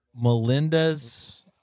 Melinda's